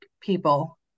people